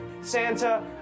Santa